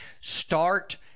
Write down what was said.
Start